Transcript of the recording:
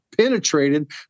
penetrated